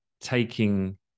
taking